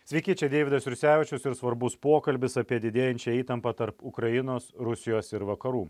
sveiki čia deividas jursevičius ir svarbus pokalbis apie didėjančią įtampą tarp ukrainos rusijos ir vakarų